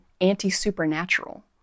anti-supernatural